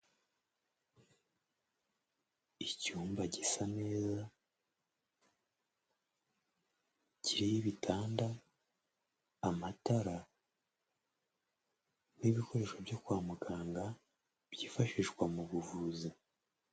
Icyumba gisa neza, kiriho ibitanda, amatara n'ibikoresho byo kwa muganga byifashishwa mu buvuzi.